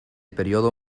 periodo